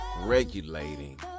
regulating